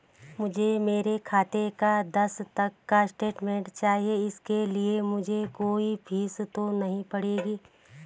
मुझे मेरे खाते का दस तक का स्टेटमेंट चाहिए इसके लिए मुझे कोई फीस तो नहीं पड़ेगी?